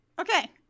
okay